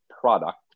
product